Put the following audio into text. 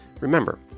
Remember